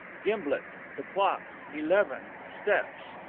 gimblet the clock eleven steps.